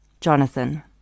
Jonathan